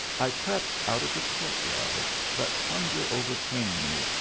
i crept out of the court-yard but hunger overcame me,